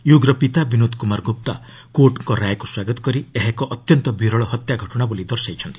ୟଗ୍ର ପିତା ବିନୋଦ କୁମାର ଗ୍ରପ୍ତା କୋର୍ଟ ରାୟକ୍ର ସ୍ୱାଗତ କରି ଏହା ଏକ ଅତ୍ୟନ୍ତ ବିରଳ ହତ୍ୟା ଘଟଣା ବୋଳି ଦର୍ଶାଇଛନ୍ତି